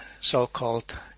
so-called